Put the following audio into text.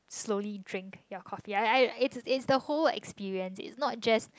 slowing drink your coffee I I is is the whole experience is not just